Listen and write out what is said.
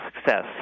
success